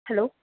hello